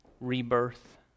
rebirth